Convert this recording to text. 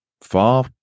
far